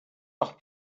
noch